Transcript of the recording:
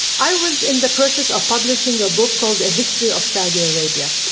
i was in the process of publishing a book called, a history of saudi arabia,